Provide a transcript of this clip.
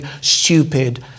stupid